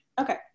Okay